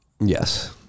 Yes